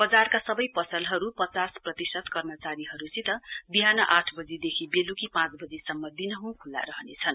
वजारका सबै पसलहरू पचास प्रतिशत कर्मचारीहरूसित बिहान आठदेखि बेलृकी पाँच बजीसम्म दिनहँ खुल्ला रहनेछन्